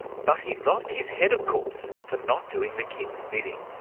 but he lost his head, of course, for not doing the king's bidding.